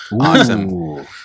Awesome